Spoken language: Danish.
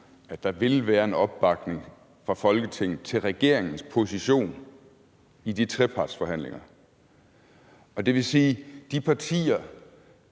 at der vil være en opbakning fra Folketinget til regeringens position i de trepartsforhandlinger, og det vil sige fra de partier,